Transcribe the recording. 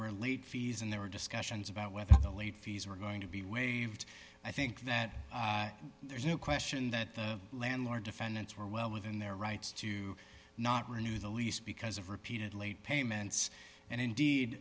were late fees and there were discussions about whether the late fees were going to be waived i think that there's no question that the landlord defendants were well within their rights to not renew the lease because of repeated late payments and indeed